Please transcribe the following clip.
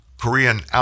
Korean